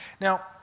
Now